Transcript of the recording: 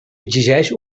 exigeix